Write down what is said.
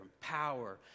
power